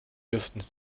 dürfte